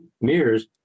mirrors